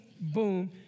boom